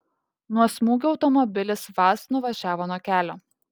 nuo smūgio automobilis vaz nuvažiavo nuo kelio